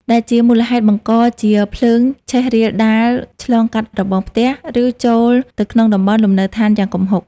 ដែលជាមូលហេតុបង្កជាភ្លើងឆេះរាលដាលឆ្លងកាត់របងផ្ទះ ឬចូលទៅក្នុងតំបន់លំនៅដ្ឋានយ៉ាងគំហុក។